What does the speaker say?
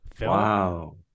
Wow